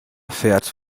fährt